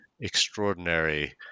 extraordinary